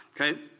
okay